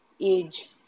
age